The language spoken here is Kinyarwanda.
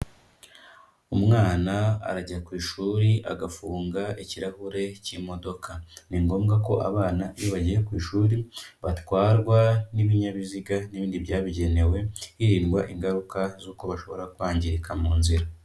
Umwana arajya ku ishuri agafunga ikirahure cy'imodoka. Ni ngombwa ko abana iyo bagiye ku ishuri batwarwa n'ibinyabiziga n'ibindi byabigenewe, hirindwa ingaruka z'uko bashobora kwangirika mu nzira.